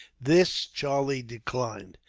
this charlie declined.